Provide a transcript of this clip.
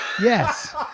yes